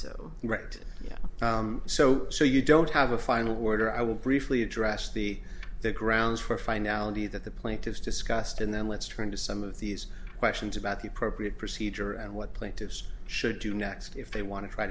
right so so you don't have a final order i will briefly address the the grounds for finality that the plaintiffs discussed and then let's turn to some of these questions about the appropriate procedure and what plaintiffs should do next if they want to try